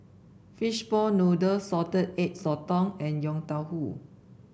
Fishball Noodle Salted Egg Sotong and Yong Tau Foo